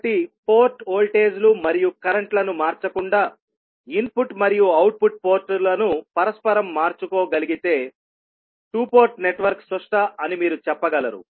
కాబట్టి పోర్ట్ వోల్టేజ్లు మరియు కరెంట్ల ను మార్చకుండా ఇన్పుట్ మరియు అవుట్పుట్ పోర్టులను పరస్పరం మార్చుకోగలిగితే 2 పోర్ట్ నెట్వర్క్ సుష్ట అని మీరు చెప్పగలరు